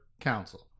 council